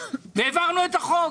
והעברנו את החוק.